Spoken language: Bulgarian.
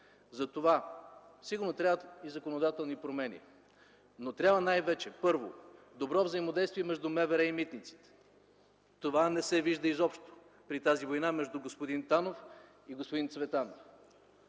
За това сигурно трябват и законодателни промени, но трябва най-вече, първо, добро взаимодействие между Министерството на вътрешните работи и митниците. Това не се вижда изобщо при тази война между господин Танов и господин Цветанов.